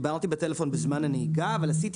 דיברתי בטלפון בזמן הנהיגה אבל עשיתי